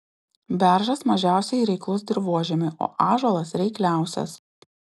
beržas mažiausiai reiklus dirvožemiui o ąžuolas reikliausias